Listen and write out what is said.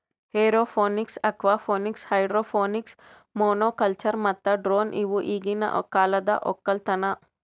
aeroponics, aquaponics, hydroponics, monoculture ಮತ್ತ drone ಇವು ಈಗಿನ ಕಾಲದ ಒಕ್ಕಲತನ